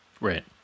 Right